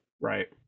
right